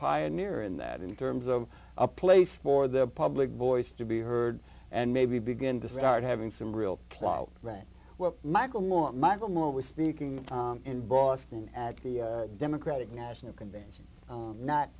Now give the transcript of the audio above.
pioneer in that in terms of a place for the public voice to be heard and maybe begin to start having some real clout right well michael moore michael moore was speaking in boston at the democratic national convention